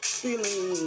feeling